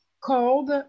called